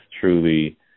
truly